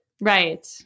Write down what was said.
Right